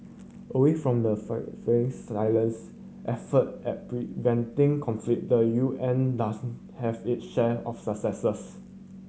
away from the very silence effort at preventing conflict the U N does have it share of successes